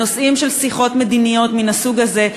הנושאים של שיחות מדיניות מן הסוג הזה,